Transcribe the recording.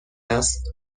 است